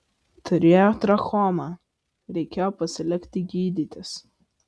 turėjo trachomą reikėjo pasilikti gydytis